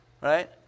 right